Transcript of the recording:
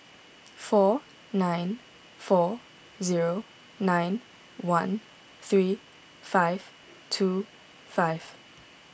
four nine four zero nine one three five two five